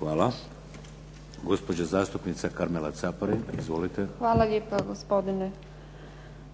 Hvala. Gospođa zastupnika Karmela Caparin. Izvolite. **Caparin, Karmela (HDZ)** Hvala lijepa, gospodine